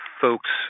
folks